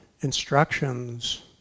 instructions